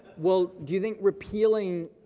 well, do you think repealing,